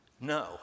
no